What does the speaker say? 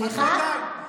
סליחה?